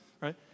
right